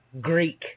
Greek